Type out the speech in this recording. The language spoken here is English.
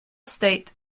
state